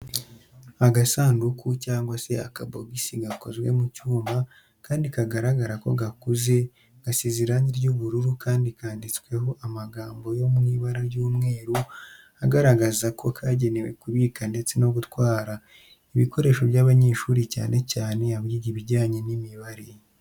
Agasanduku cyangwa se akabogisi gakozwe mu cyuma kandi kagaragara ko gakuze, gasize irangi ry'ubururu kandi kanditsweho amagambo yo mu ibara ry'umweru agaragaza ko kagenewe kubika ndetse no gutwara ibikoresho by'abanyeshuri cyane cyane abiga ibijyanye n'imibare.